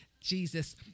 Jesus